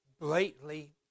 blatantly